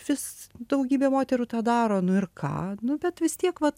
vis daugybė moterų tą daro nu ir ką nu bet vis tiek vat